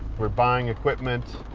we're buying equipment.